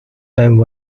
time